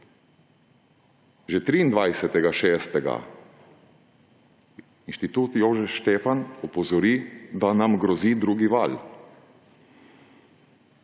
Že 23. 6. Institut Jožef Stefan opozori, da nam grozi drugi val.